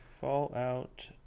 Fallout